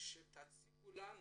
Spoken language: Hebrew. שתציגו לנו